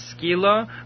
skila